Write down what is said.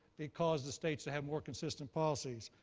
it caused the states to have more consistent policies.